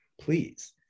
Please